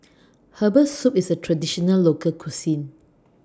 Herbal Soup IS A Traditional Local Cuisine